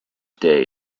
day